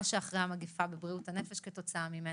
שאחרי המגפה בבריאות הנפש כתוצאה ממנה.